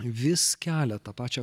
vis kelia tą pačią